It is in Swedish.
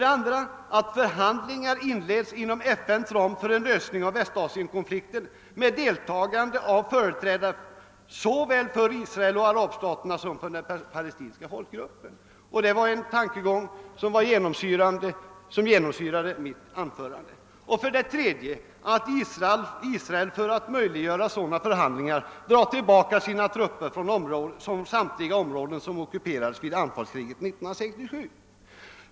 Den andra att-satsen lyder »att förhandlingar inleds inom FN:s ram för en lösning av Väst-Asienkonflikten med deltagande av företrädare såväl för Israel och arabstaterna som för den Palestinska folkgruppen». Det är en tankegång som genomsyrade mitt första anförande. Den tredje att-satsen lyder »att Israel för att möjliggöra sådana förhandlingar drar tillbaka sina trupper från samtliga områden som ockuperades vid anfallskriget 1967».